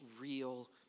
real